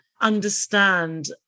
understand